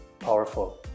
powerful